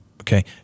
Okay